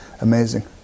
amazing